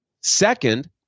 Second